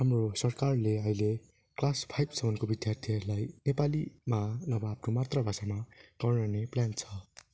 हाम्रो सरकारले अहिले क्लास फाइभसम्मको विद्यार्थीहरूलाई नेपालीमा नभए आफ्नो मात्रृ भाषामा पढाउने प्लान छ